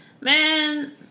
Man